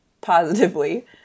positively